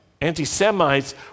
anti-Semites